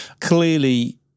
Clearly